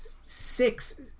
six